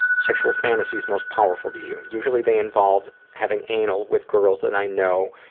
sexual fantasies most powerful to you? usually they involve having anal with girls that i know,